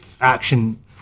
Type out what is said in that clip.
action